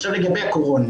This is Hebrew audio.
לגבי הקורונה,